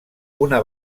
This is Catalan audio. una